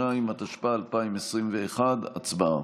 32), התשפ"א 2021. הצבעה.